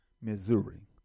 Missouri